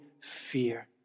fear